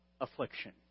affliction